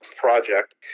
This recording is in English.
project